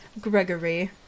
Gregory